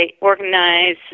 organize